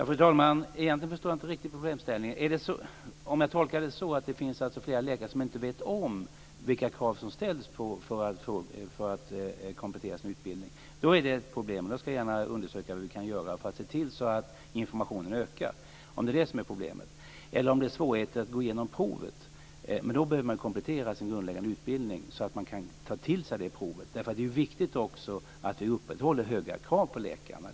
Fru talman! Egentligen förstår jag inte riktigt problemställningen. Om jag tolkar det så att det finns flera läkare som inte vet vilka krav som ställs på att man ska komplettera sin utbildning är det ett problem. Då ska jag gärna undersöka vad vi kan göra för att se till att informationen ökar. Om det är det som är problemet. Är det svårigheter att gå igenom provet behöver man ju komplettera sin grundläggande utbildning, så att man kan ta till sig det provet. Det är också viktigt att vi upprätthåller höga krav på läkarna.